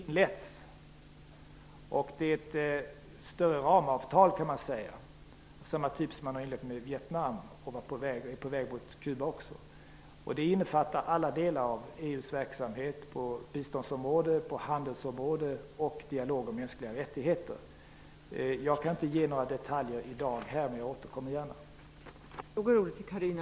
Fru talman! Samarbetet med Kina har nyligen inletts. Det är ett större ramavtal av samma typ som man inlett med Vietnam och är på väg mot när det gäller Kuba. Det innefattar alla delar av EU:s verksamhet på biståndsområdet, handelsområdet och innefattar en dialog om mänskliga rättigheter. Jag kan inte ge några detaljer i dag, men jag återkommer gärna.